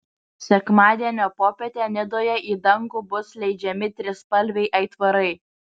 sekmadienio popietę nidoje į dangų bus leidžiami trispalviai aitvarai